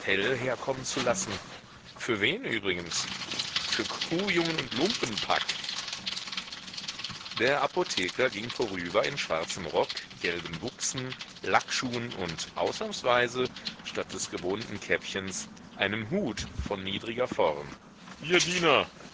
herkommen zu lassen für wen übrigens für kuhjungen und lumpenpack der apotheker ging vorüber in schwarzem rock gelben buxen lackschuhen und ausnahmsweise statt des gewohnten käppchens einem hut von niedriger form